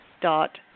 dot